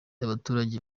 abaturage